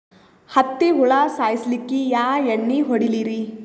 ಹತ್ತಿ ಹುಳ ಸಾಯ್ಸಲ್ಲಿಕ್ಕಿ ಯಾ ಎಣ್ಣಿ ಹೊಡಿಲಿರಿ?